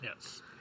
Yes